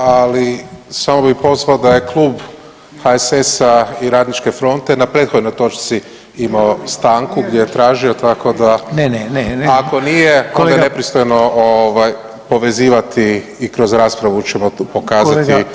Ali sam bih pozvao da je Klub HSS-a i Radničke fronte na prethodnoj točci imao stanku gdje je tražio tako da ako nije onda je nepristojno povezivati i kroz raspravu ćemo pokazati